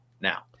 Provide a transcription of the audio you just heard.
Now